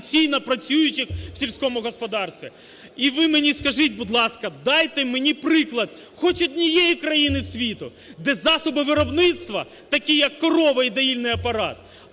офіційно працюючих в сільському господарстві! І ви мені скажіть, будь ласка, дайте мені приклад хоч однієї країни світу, де засоби виробництва такі як корова і доїльний апарат